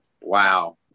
Wow